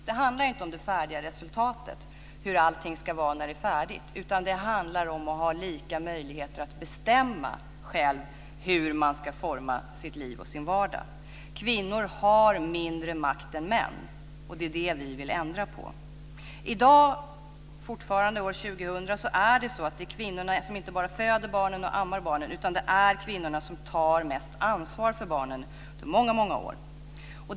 Det handlar inte om det färdiga resultatet, hur allting ska vara när det är färdigt, utan det handlar om att ha lika möjligheter att själv bestämma hur man ska forma sitt liv och sin vardag. Kvinnor har mindre makt än män, och det är det som vi vill ändra på. Det är i dag år 2000 fortfarande inte bara så att kvinnorna föder och ammar barnen, utan det är också så att kvinnorna i många år tar det största ansvaret för barnen.